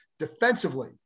Defensively